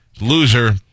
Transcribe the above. Loser